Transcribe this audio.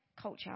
culture